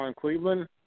Cleveland